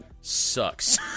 sucks